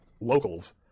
locals